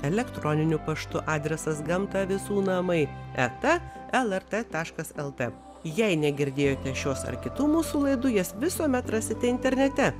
elektroniniu paštu adresas gamta visų namai eta lrt taškas lt jei negirdėjote šios ar kitų mūsų laidų jas visuomet rasite internete